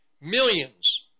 Millions